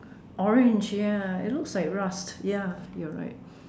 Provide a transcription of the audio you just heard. orange ya it looks like rust ya you're right